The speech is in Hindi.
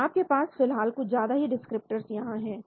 तो आपके पास फिलहाल कुछ ज्यादा ही डिस्क्रिप्टर्स यहां है